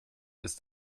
ist